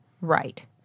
right